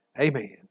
Amen